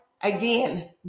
again